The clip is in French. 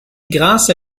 grâce